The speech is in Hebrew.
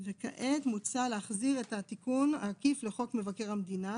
וכעת מוצע להחזיר את התיקון העקיף לחוק מבקר המדינה.